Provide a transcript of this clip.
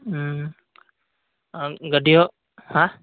ᱦᱩᱸ ᱟᱨ ᱜᱟᱹᱰᱤ ᱦᱚᱸ ᱦᱮᱸ